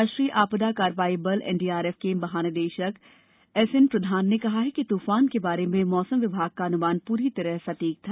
राष्ट्रीय आपदा कार्रवाई बल एनडीआरएफ के महानिदेशक एस एन प्रधान ने कहा कि तूफान के बारे में मौसम विभाग का अनुमान पूरी तरह सटीक था